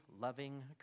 loving